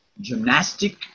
gymnastic